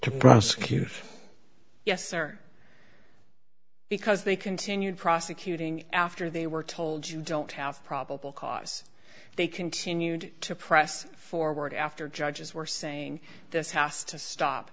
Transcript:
to prosecute yes or because they continued prosecuting after they were told you don't have probable cause they continued to press forward after judges were saying this has to stop